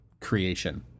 creation